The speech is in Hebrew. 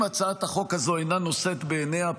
אם הצעת החוק הזו אינה נושאת חן בעיניה,